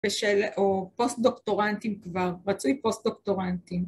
או פוסט דוקטורנטים כבר, רצוי פוסט דוקטורנטים